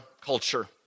culture